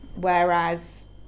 whereas